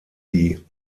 die